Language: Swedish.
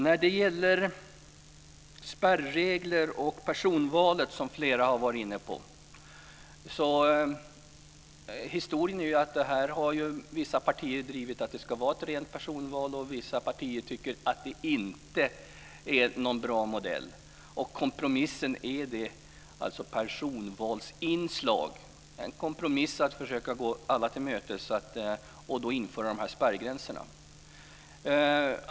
När det gäller spärregler och personvalet, som flera har varit inne på, är ju historien att vissa partier har drivit att det ska vara ett rent personval och vissa partier har tyckt att det inte är någon bra modell. Kompromissen är alltså ett val med personvalsinslag, en kompromiss där man försökt gå alla till mötes och då infört de här spärrgränserna.